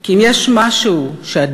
כי אם יש משהו שעדיין,